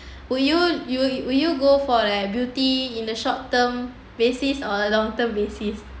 would you yo~ would you go for that beauty in the short term basis or a long term basis